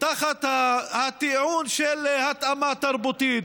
תחת הטיעון של התאמה תרבותית.